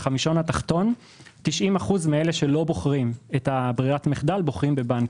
בחמישון התחתון 90% מאלה שלא בוחרים את ברירת המחדל בוחרים בבנקים.